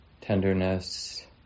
tenderness